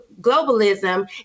globalism